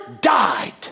died